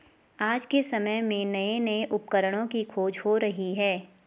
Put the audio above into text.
आज के समय में नये नये उपकरणों की खोज हो रही है